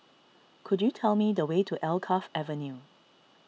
could you tell me the way to Alkaff Avenue